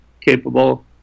capable